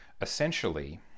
essentially